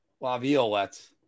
laviolette